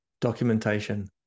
documentation